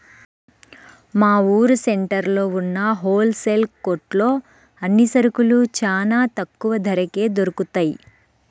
మా ఊరు సెంటర్లో ఉన్న హోల్ సేల్ కొట్లో అన్ని సరుకులూ చానా తక్కువ ధరకే దొరుకుతయ్